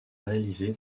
réalisée